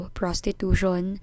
prostitution